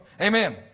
Amen